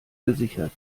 gesichert